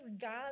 God